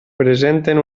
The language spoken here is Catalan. presenten